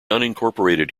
unincorporated